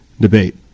debate